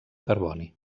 carboni